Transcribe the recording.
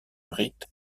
rite